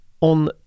On